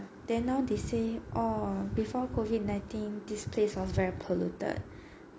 then now they say orh before COVID nineteen this place all very polluted